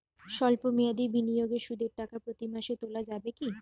সল্প মেয়াদি বিনিয়োগে সুদের টাকা প্রতি মাসে তোলা যাবে কি?